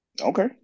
Okay